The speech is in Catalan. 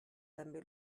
també